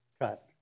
cut